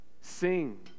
sing